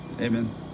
Amen